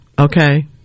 Okay